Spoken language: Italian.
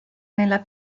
nella